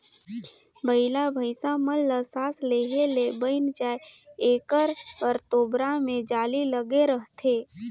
बइला भइसा मन ल सास लेहे ले बइन जाय एकर बर तोबरा मे जाली लगे रहथे